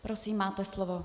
Prosím, máte slovo.